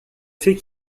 fait